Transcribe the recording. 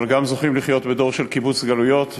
אבל גם זוכים לחיות בדור של קיבוץ גלויות,